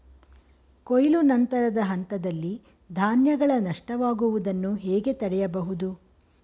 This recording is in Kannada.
ಕೊಯ್ಲು ನಂತರದ ಹಂತದಲ್ಲಿ ಧಾನ್ಯಗಳ ನಷ್ಟವಾಗುವುದನ್ನು ಹೇಗೆ ತಡೆಯಬಹುದು?